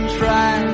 try